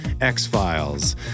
X-Files